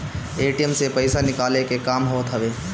ATM से पईसा निकाले के काम होत हवे